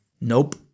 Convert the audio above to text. nope